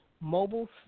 Mobile